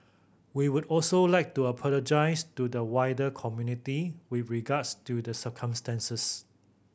we would also like to apologise to the wider community with regards to the circumstances